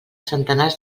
centenars